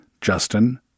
Justin